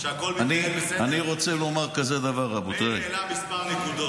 מאיר העלה כמה נקודות.